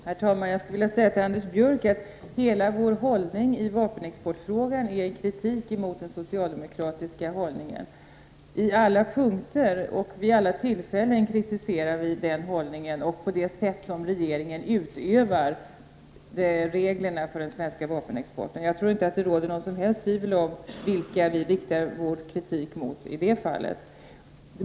Herr talman! Till Anders Björck vill jag säga att hela vår inställning i vapenexportfrågan är en kritik mot den socialdemokratiska hållningen. På alla punkter och vid alla tillfällen kritiserar vi den hållningen liksom det sätt på vilket regeringen tillämpar reglerna för den svenska vapenexporten. Det råder inget som helst tvivel om vilka vi riktar vår kritik mot i det fallet.